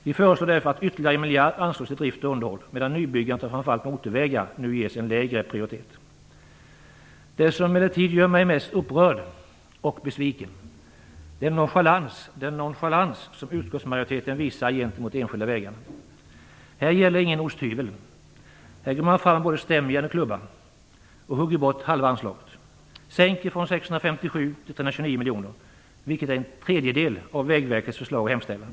Vi föreslår därför att ytterligare 1 miljard anslås till drift och underhåll, medan nybyggandet av framför allt motorvägar nu ges en lägre prioritet. Det som emellertid gör mig mest upprörd och besviken är den nonchalans som utskottsmajoriteten visar gentemot de enskilda vägarna. Här gäller ingen osthyvel. Här går man fram med både stämjärn och klubba och hugger bort halva anslaget. Man sänker det från 657 miljoner till 329 miljoner, vilket är en tredjedel av Vägverkets förslag och hemställan.